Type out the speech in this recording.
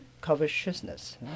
covetousness